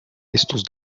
estos